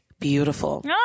beautiful